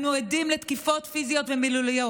אנו עדים לתקיפות פיזיות ומילוליות.